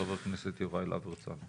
חבר הכנסת יוראי להב הרצנו.